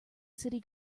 city